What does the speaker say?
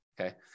okay